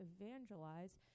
evangelize